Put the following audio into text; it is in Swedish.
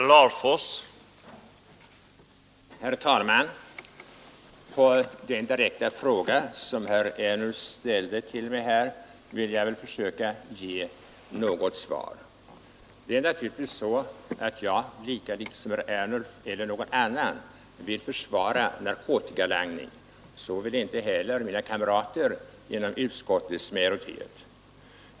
Herr talman! På den direkta fråga som herr Ernulf ställde till mig vill jag försöka ge ett svar. Lika litet som herr Ernulf eller någon annan vill jag försvara narkotikalangning. Det vill inte heller mina kamrater inom utskottets majoritet.